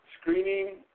screening